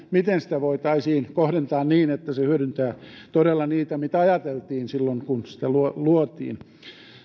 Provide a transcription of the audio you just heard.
miten sitä voitaisiin kohdentaa niin että se hyödyntää todella niitä joita ajateltiin silloin kun sitä luotiin